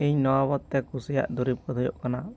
ᱤᱧ ᱱᱚᱣᱟ ᱵᱟᱵᱚᱫ ᱛᱮ ᱠᱩᱥᱤᱭᱟᱜ ᱫᱩᱨᱤᱵᱽ ᱠᱚᱫᱚ ᱦᱩᱭᱩᱜ ᱠᱟᱱᱟ